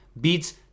beats